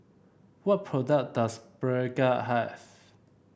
what product does Pregain have